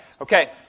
Okay